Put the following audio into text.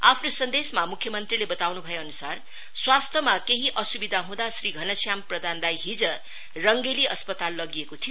आफ्नो सन्देशमा मुख्यमन्त्रीले वताउनु भएअनुसार स्वास्थ्य केही असुविधा हँदा श्री घनश्याम प्रधानलाई हिज रंगेली अस्पताल लगिएको थियो